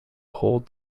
hold